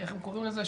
איך הם קוראים לזה?